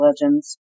legends